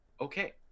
Okay